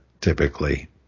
typically